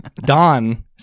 Don